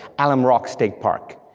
alum rock state park,